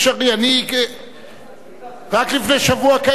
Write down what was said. רק לפני שבוע כעת חיה אתה היית על הבמה.